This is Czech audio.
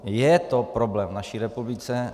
Je to problém v naší republice.